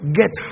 get